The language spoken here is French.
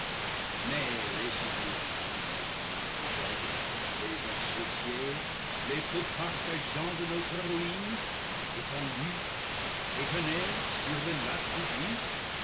mais laisserons-nous donc nos amis fidèles les associés les copartageanls de notre ruine étendus étonnés sur le lac d'oubli